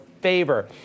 favor